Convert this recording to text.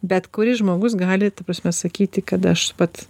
bet kuris žmogus gali ta prasme sakyti kad aš vat